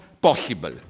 possible